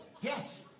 Yes